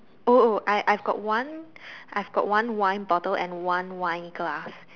oh oh I I've got one I've got one wine bottle and one wine glass